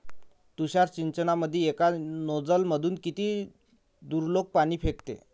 तुषार सिंचनमंदी एका नोजल मधून किती दुरलोक पाणी फेकते?